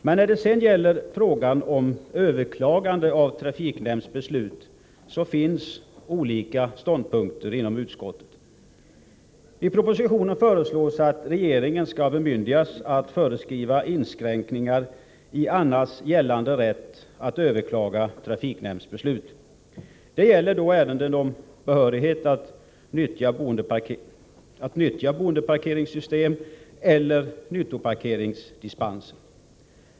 Men när det sedan gäller frågan om överklagande av trafiknämnds beslut har olika ståndpunkter redovisats i utskottet. I propositionen föreslås att regeringen skall bemyndigas att föreskriva inskränkningar i annars gällande rätt att överklaga trafiknämnds beslut. Det gäller då frågor om behörighet att nyttja boendeparkeringssystem samt nyttoparkeringsdispenser.